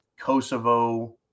Kosovo